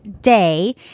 day